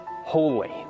holy